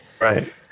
Right